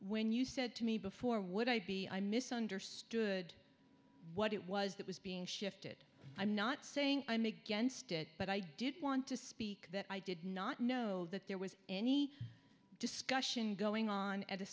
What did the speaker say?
when you said to me before would i be i misunderstood what it was that was being shifted i'm not saying i'm against it but i did want to speak that i did not know that there was any discussion going on at the